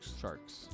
Sharks